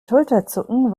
schulterzucken